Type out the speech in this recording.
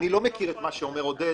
אני לא מכיר את מה שאומר עודד,